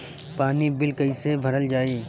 पानी बिल कइसे भरल जाई?